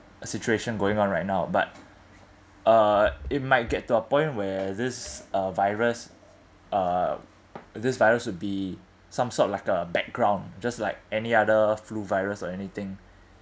a situation going on right now but uh it might get to a point where this uh virus uh this virus would be some sort like a background just like any other flu virus or anything